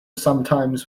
sometimes